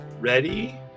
ready